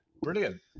Brilliant